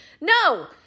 No